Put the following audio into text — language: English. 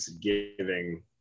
giving